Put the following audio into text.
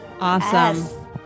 Awesome